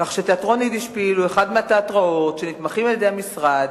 תיאטרון "יידישפיל" הוא אחד מהתיאטראות שנתמכים על-ידי המשרד.